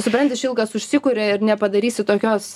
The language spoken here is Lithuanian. supranti šilkas užsikuria ir nepadarysi tokios